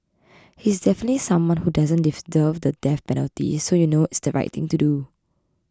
he is definitely someone who doesn't deserve the death penalty so you know it's the right thing to do